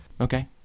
Okay